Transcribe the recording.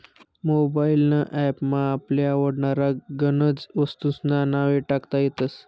mobile ना app मा आपले आवडनारा गनज वस्तूंस्ना नावे टाकता येतस